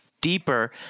deeper